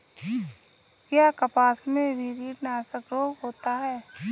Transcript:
क्या कपास में भी कीटनाशक रोग होता है?